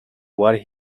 what